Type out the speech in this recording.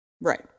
Right